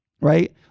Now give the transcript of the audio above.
Right